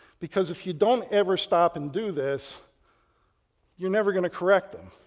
because if you don't ever stop and do this you're never going to correct them,